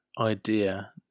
idea